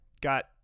got